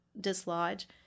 dislodge